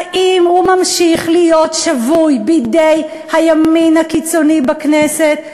האם הוא ממשיך להיות שבוי בידי הימין הקיצוני בכנסת,